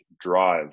drive